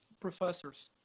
professors